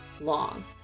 long